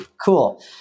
cool